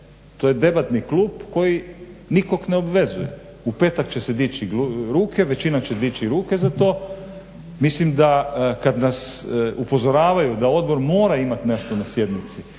To je debatni klub koji nikog ne obvezuje. U petak će se dići ruke, većina će dići ruke za to. Mislim da kad nas upozoravaju da odbor mora imati nešto na sjednici